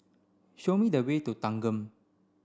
show me the way to Thanggam